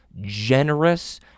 generous